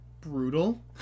Brutal